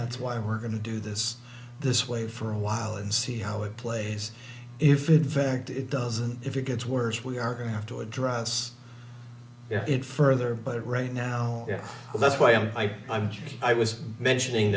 that's why we're going to do this this way for a while and see how it plays if in fact it doesn't if it gets worse we are going to have to address it further but right now that's why i was mentioning